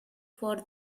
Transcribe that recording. for